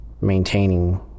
maintaining